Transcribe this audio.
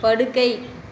படுக்கை